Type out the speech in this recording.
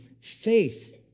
faith